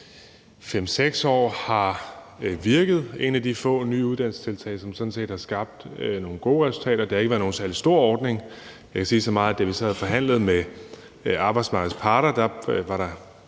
5-6 år har virket. Det er et af de få nye uddannelsestiltag, som sådan set har skabt nogle gode resultater. Det har ikke været nogen særlig stor ordning. Jeg kan sige så meget, som at da vi sad og forhandlede med arbejdsmarkedets parter, var der